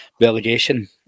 relegation